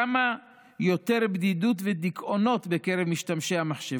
כמה יותר בדידות ודיכאונות בקרב משתמשי המחשב.